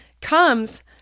comes